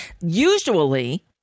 Usually